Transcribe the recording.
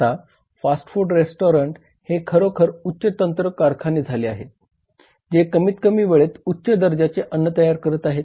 आता fast food restaurants हे खरोखर उच्च तंत्र कारखाने झाले आहेत जे कमीतकमी वेळेत उच्च दर्जाचे अन्न तयार करत आहेत